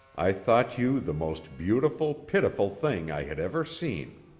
i thought you the most beautiful, pitiful thing i had ever seen.